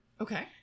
Okay